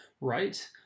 Right